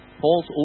Paul's